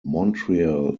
montreal